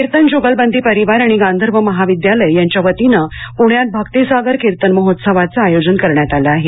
कीर्तन ज्गलबंदी परिवार आणि गांधर्व महाविद्यालय यांच्या वतीनं पुण्यात भक्ती सागर कीर्तन महोत्सवाचं आयोजन करण्यात आलं आहे